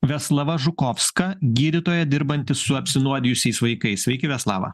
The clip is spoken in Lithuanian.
veslava žukovska gydytoja dirbanti su apsinuodijusiais vaikais sveiki veslava